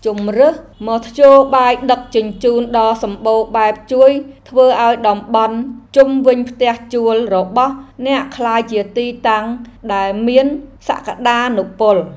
ជម្រើសមធ្យោបាយដឹកជញ្ជូនដ៏សម្បូរបែបជួយធ្វើឱ្យតំបន់ជុំវិញផ្ទះជួលរបស់អ្នកក្លាយជាទីតាំងដែលមានសក្តានុពល។